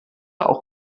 auch